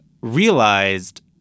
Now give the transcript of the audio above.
realized